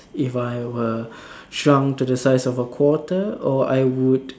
if I were shrunk to the size of a quarter or I would